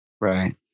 right